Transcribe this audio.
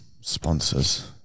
sponsors